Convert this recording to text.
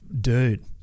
dude